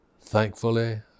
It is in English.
Thankfully